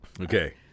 Okay